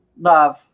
Love